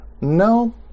No